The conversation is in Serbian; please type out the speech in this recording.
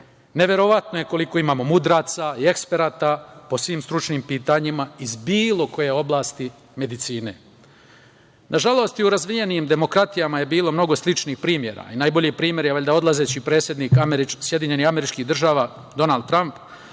Neverovatno je koliko imamo mudraca i eksperata po svim stručnim pitanjima, iz bilo koje oblasti medicine. Nažalost, i u razvijenim demokratijama je bilo mnogo sličnih primera. Najbolji primer je, valjda, odlazeći predsednik SAD, Donald Tramp,